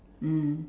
mm